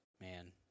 Man